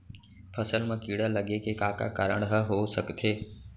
फसल म कीड़ा लगे के का का कारण ह हो सकथे?